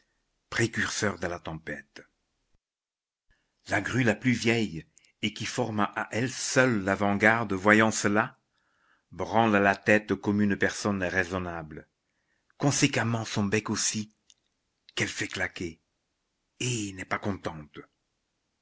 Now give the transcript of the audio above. précurseur de la tempête la grue la plus vieille et qui forme à elle seule l'avant-garde voyant cela branle la tête comme une personne raisonnable conséquemment son bec aussi qu'elle fait claquer et n'est pas contente